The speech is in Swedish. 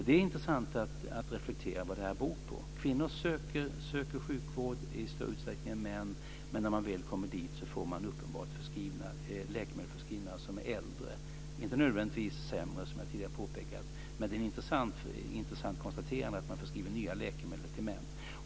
Det är intressant att reflektera över vad det här beror på. Kvinnor söker sjukvård i större utsträckning än män, men när de väl kommer dit får de uppenbart förskrivningar av äldre läkemedel. Dessa är inte nödvändigtvis sämre, som jag tidigare påpekat, men det är ett intressant konstaterande att man förskriver nyare läkemedel till män.